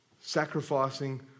sacrificing